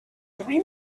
three